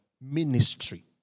ministry